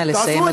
נא לסיים,